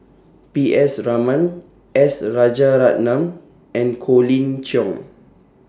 P S Raman S Rajaratnam and Colin Cheong